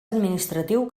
administratiu